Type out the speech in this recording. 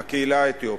מהקהילה האתיופית,